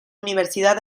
universidad